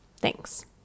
Thanks